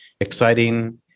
exciting